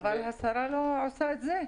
-- אבל השרה לא עשתה את זה.